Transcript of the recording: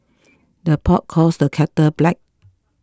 the pot calls the kettle black